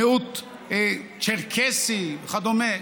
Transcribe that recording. מיעוט צ'רקסי וכדומה,